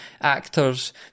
actors